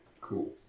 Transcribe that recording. Cool